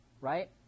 right